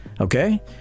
okay